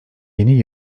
yeni